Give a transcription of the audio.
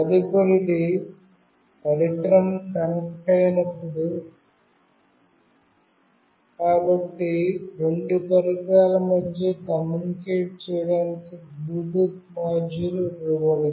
తదుపరిది పరికరం కనెక్ట్ అయినప్పుడు కాబట్టి రెండు పరికరాల మధ్య కమ్యూనికేట్ చేయడానికి బ్లూటూత్ మాడ్యూల్ ఉపయోగించబడుతుంది